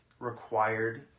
required